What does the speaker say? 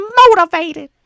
motivated